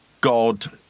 God